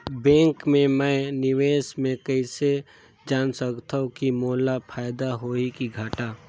Bank मे मैं निवेश मे कइसे जान सकथव कि मोला फायदा होही कि घाटा?